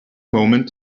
moment